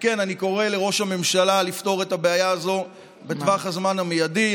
אני קורא לראש הממשלה לפתור את הבעיה הזאת בטווח הזמן המיידי.